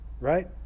right